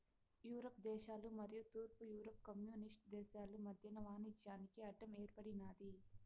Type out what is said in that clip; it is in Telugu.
యూరప్ దేశాలు మరియు తూర్పు యూరప్ కమ్యూనిస్టు దేశాలు మధ్యన వాణిజ్యానికి అడ్డం ఏర్పడినాది